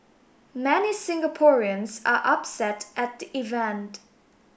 many Singaporeans are upset at the event